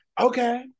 okay